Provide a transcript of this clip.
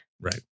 Right